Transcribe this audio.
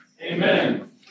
Amen